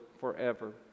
forever